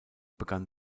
begann